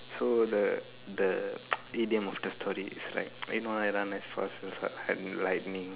so the the idiom is like I know I run as fast as lightning